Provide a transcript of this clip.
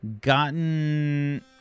gotten